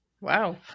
Wow